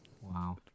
Wow